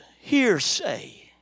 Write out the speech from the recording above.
hearsay